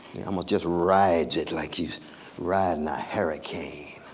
he almost just rides it like he's riding a hurricane.